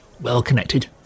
well-connected